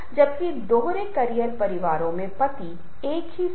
और आपको उत्तरों की एक श्रृंखला मिलती है